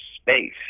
space